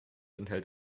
enthält